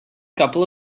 couple